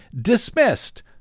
dismissed